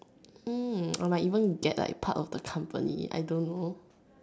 hmm or like even get like part of the company I don't know